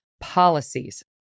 policies